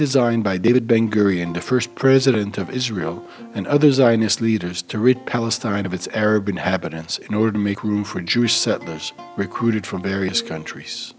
designed by david ben gurion the first president of israel and other zionist leaders to rid palestine of its arab inhabitants in order to make room for jewish settlers recruited from various countries